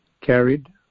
carried